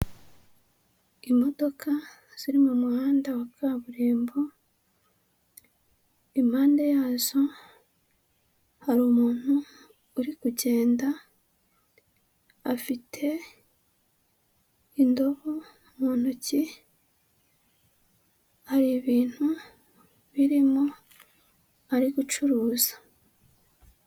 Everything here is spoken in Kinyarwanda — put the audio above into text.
Imodoka ziri mu muhanda wa kaburimbo, impande yazo hari umuntu uri kugenda, afite indobo mu ntoki, hari ibintu birimo ari gucuruza.